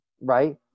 Right